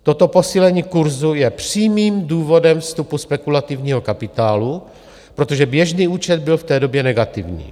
Toto posílení kurzu je přímým důvodem vstupu spekulativního kapitálu, protože běžný účet byl v té době negativní.